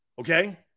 Okay